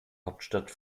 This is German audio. hauptstadt